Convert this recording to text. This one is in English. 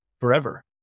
forever